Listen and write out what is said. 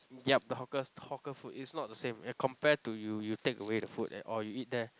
yup the hawker's hawker food is not the same as compared to you you take away the food and or you eat there